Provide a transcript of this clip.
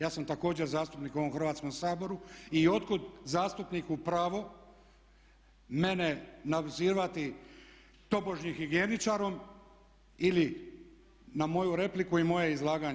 Ja sam također zastupnik u ovom Hrvatskom saboru i otkud zastupniku pravo mene nazivati tobožnjim "higijeničarom" ili na moju repliku i moje izlaganje.